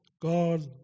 God